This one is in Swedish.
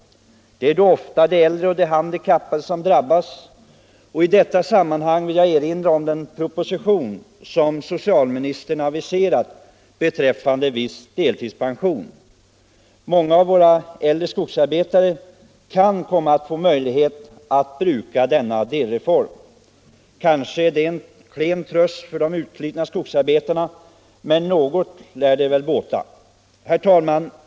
Det är då ofta de äldre och de handikappade som drabbas. I detta sammanhang vill jag erinra om den proposition som socialministern aviserat beträffande viss deltidspension. Många av våra äldre skogsarbetare kan komma att få sådan pension. Kanske är det en klen tröst för de utslitna skogsarbetarna, men något lär det väl båta. Herr talman!